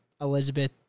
Elizabeth